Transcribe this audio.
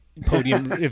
podium